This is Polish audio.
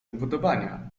upodobania